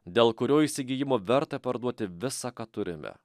dėl kurio įsigijimo verta parduoti visą ką turime